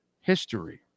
history